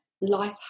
life